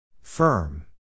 Firm